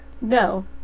No